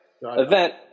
event